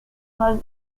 was